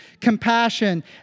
compassion